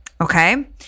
okay